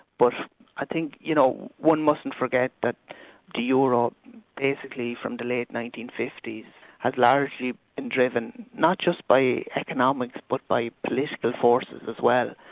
but i think, you know, one mustn't forget that the euro basically from the late nineteen fifty s has largely been driven not just by economics but by political forces as well,